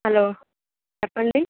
hello చెప్పండి